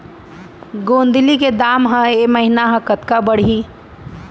गोंदली के दाम ह ऐ महीना ह कतका बढ़ही?